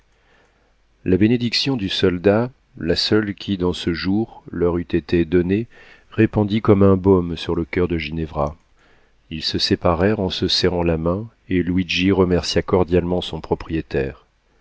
la bénédiction du soldat la seule qui dans ce jour leur eût été donnée répandit comme un baume sur le coeur de ginevra ils se séparèrent en se serrant la main et luigi remercia cordialement son propriétaire